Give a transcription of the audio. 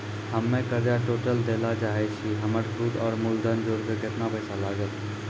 हम्मे कर्जा टोटल दे ला चाहे छी हमर सुद और मूलधन जोर के केतना पैसा लागत?